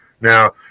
Now